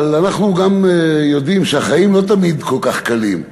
אבל אנחנו גם יודעים שהחיים לא תמיד כל כך קלים.